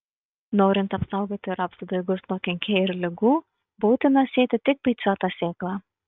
norint apsaugoti rapsų daigus nuo kenkėjų ir ligų būtina sėti tik beicuotą sėklą